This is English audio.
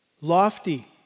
lofty